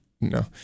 no